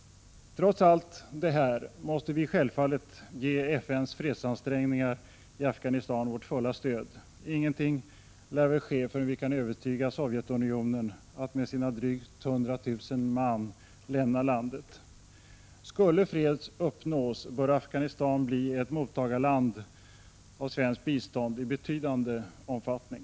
Trots allt detta måste vi självfallet ge FN:s fredsansträngningar i Afghanistan vårt fulla stöd. Ingenting lär ske förrän vi kan övertyga Sovjetunionen om att med sina drygt 100 000 man lämna landet. Skulle fred uppnås, bör Afghanistan bli ett mottagarland för svenskt bistånd i betydande omfattning.